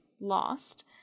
lost